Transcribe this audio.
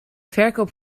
verkoop